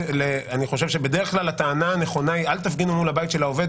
אני חושב שבדרך כלל הטענה הנכונה היא אל תפגינו מול הבית של העובד,